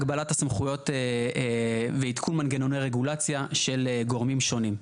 הגבלת הסמכויות ועדכון מנגנוני רגולציה של גורמים שונים.